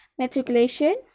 matriculation